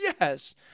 yes